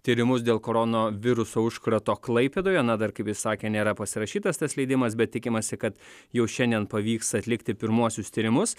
tyrimus dėl koronoviruso užkrato klaipėdoje na dar kaip jis sakė nėra pasirašytas tas leidimas bet tikimasi kad jau šiandien pavyks atlikti pirmuosius tyrimus